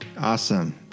awesome